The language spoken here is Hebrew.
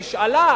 היא נשאלה